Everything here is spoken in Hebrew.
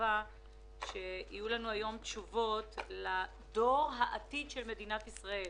יהיו לנו תשובות לדור העתיד של מדינת ישראל.